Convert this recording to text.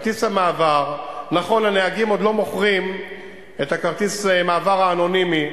כרטיס המעבר - נכון שהנהגים עוד לא מוכרים את כרטיס המעבר האנונימי,